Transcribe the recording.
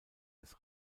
des